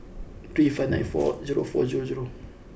three five nine four zero four zero zero